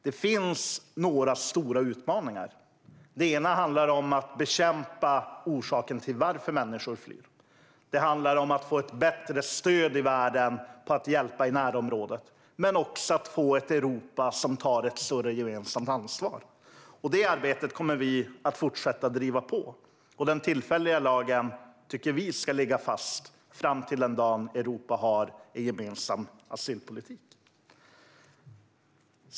Det finns några stora utmaningar. En handlar om att bekämpa orsaken till att människor flyr. Det handlar om att få ett bättre stöd i världen för att hjälpa i närområdet. Men det handlar också om att Europa ska ta ett större gemensamt ansvar. Det arbetet kommer vi att fortsätta att driva på. Vi tycker att den tillfälliga lagen ska ligga fast fram till den dag då Europa har gemensam asylpolitik.